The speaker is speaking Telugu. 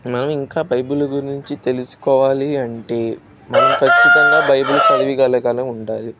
మనం ఇంకా బైబిల్ గురించి తెలుసుకోవాలి అంటే మనం ఖచ్చితంగా బైబిల్ చదివిగలిగి ఉండాలి